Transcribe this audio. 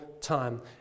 time